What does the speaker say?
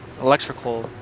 electrical